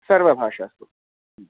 सर्वभाषास्तु